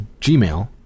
Gmail